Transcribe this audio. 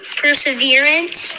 perseverance